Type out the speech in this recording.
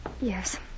Yes